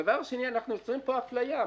הדבר השני, אנחנו יוצרים פה אפליה.